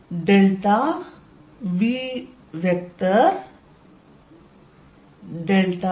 v viv